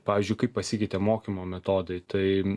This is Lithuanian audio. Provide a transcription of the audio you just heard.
pavyzdžiui kaip pasikeitė mokymo metodai tai